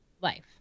life